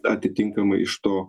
atitinkamai iš to